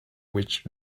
witch